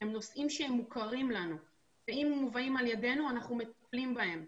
חריג שמופנה אלינו ואנחנו מטפלים בו במיידי.